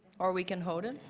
or we can hold it.